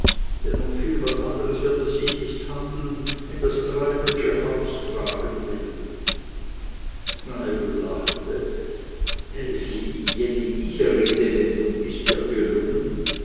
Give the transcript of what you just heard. denn um viel was anderes wird es sich nicht handeln in das treibelsche haus tragen will treibel lachte sieh jenny diese redewendung ist dir gelungen